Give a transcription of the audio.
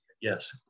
Yes